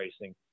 racing